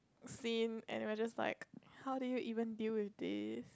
seen and we were just like how do you even deal with this